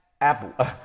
Apple